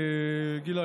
גילה,